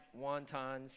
wontons